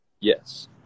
Yes